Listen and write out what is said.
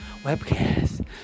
webcast